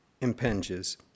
impinges